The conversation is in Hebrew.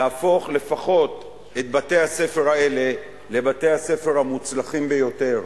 להפוך לפחות את בתי-הספר האלה לבתי-הספר המוצלחים ביותר,